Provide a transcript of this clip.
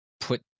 put